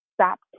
Stop